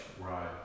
Right